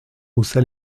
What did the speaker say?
haussa